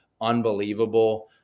unbelievable